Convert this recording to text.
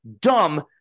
dumb